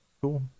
cool